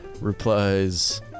replies